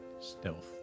stealth